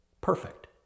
perfect